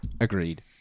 Agreed